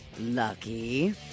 Lucky